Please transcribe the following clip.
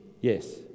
Yes